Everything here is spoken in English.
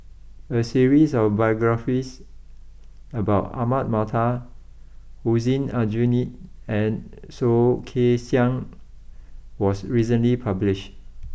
a series of biographies about Ahmad Mattar Hussein Aljunied and Soh Kay Siang was recently published